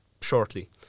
shortly